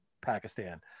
Pakistan